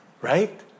right